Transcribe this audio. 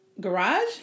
Garage